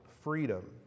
freedom